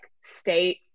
state